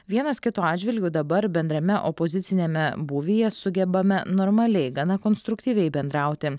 vienas kito atžvilgiu dabar bendrame opoziciniame būvyje sugebame normaliai gana konstruktyviai bendrauti